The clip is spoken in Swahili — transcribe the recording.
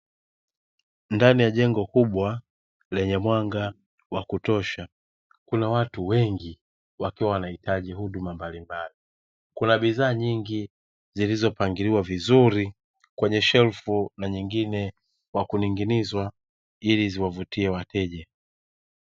Ndani ya jengo kubwa lenye mwanga wa kutosha kuna watu wengi wakiwa wanahitaji huduma mbalimbali, kuna bidhaa nyingi zilizopangiliwa vizuri kwenye shelfu na zingine kwa kuning'inizwa ili ziwavutie wateja.